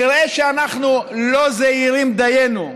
נראה שאנחנו לא זהירים דיינו,